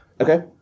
Okay